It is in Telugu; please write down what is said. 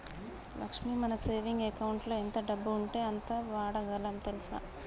లక్ష్మి మన సేవింగ్ అకౌంటులో ఎంత డబ్బు ఉంటే అంత వాడగలం తెల్సా